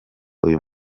uyu